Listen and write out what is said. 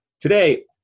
Today